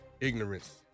ignorance